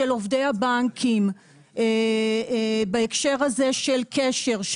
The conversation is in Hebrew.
של עובדי הבנקים בהקשר הזה של קשר,